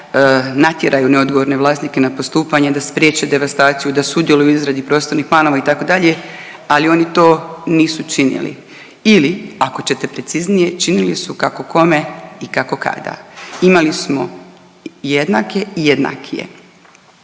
da natjeraju neodgovorne vlasnike na postupanje, da spriječe devastaciju, da sudjeluju u izradi prostornih planova itd., ali oni to nisu činili ili ako ćete preciznije činili su kako kome i kako kada. Imali smo jednake i jednakije.